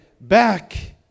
back